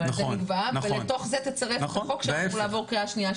אבל זה ניגבה ולתוך זה תצרף את החוק שאמור לעבור קריאה שנייה,